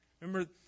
Remember